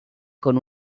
con